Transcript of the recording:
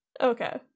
okay